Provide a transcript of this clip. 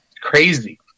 Crazy